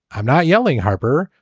i'm not yelling, harper,